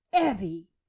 Evie